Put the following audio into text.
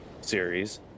series